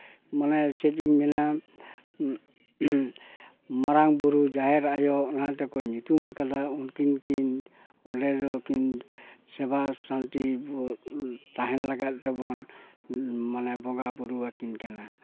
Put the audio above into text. ᱢᱟᱱᱮ ᱪᱮᱫ ᱤᱧ ᱢᱮᱱᱟ ᱢᱟᱨᱟᱝ ᱵᱩᱨᱩ ᱡᱟᱦᱮᱨ ᱟᱭᱚ ᱚᱱᱟ ᱛᱮᱠᱚ ᱧᱩᱛᱩᱢ ᱠᱟᱫᱟ ᱩᱱᱠᱤᱱ ᱠᱤᱱ ᱚᱸᱰᱮ ᱫᱚᱠᱤᱱ ᱥᱮᱵᱟ ᱥᱟᱱᱛᱤ ᱛᱟᱦᱮᱱ ᱞᱟᱜᱟᱫ ᱛᱮᱵᱚᱱ ᱢᱟᱱᱮ ᱵᱚᱸᱜᱟ ᱵᱳᱨᱳᱣᱟᱠᱤᱱ ᱠᱟᱱᱟ